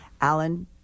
Alan